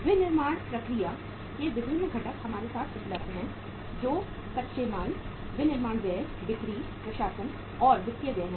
विनिर्माण प्रक्रिया के विभिन्न घटक हमारे साथ उपलब्ध हैं जो कच्चे माल विनिर्माण व्यय बिक्री प्रशासन और वित्तीय व्यय हैं